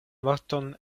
morton